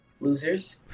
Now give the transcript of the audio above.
Losers